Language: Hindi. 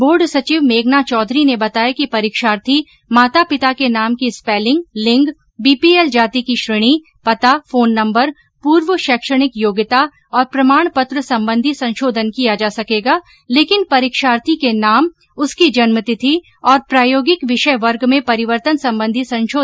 बोर्ड सचिव मेघना चौधरी ने बताया कि परीक्षार्थी माता पिता के नाम की स्पेलिंग लिंग बीपीएल जाति की श्रेणी पता फोन नम्बर पूर्व शैक्षणिक योग्यता और प्रमाण पत्र संबंधी संशोधन किया जा सकेगा लेकिन परीक्षार्थी के नाम उसकी जन्म तिथि और प्रायोगिक विषय वर्ग में परिवर्तन संबंधी संशोधन नहीं किया जा सकेगा